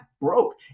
broke